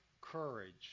courage